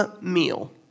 meal